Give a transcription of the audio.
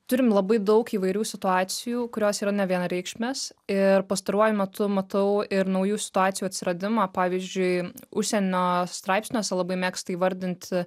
turim labai daug įvairių situacijų kurios yra nevienareikšmės ir pastaruoju metu matau ir naujų situacijų atsiradimą pavyzdžiui užsienio straipsniuose labai mėgsta įvardinti